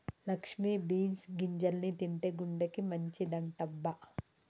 Lakshmi beans గింజల్ని తింటే గుండెకి మంచిదంటబ్బ